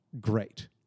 great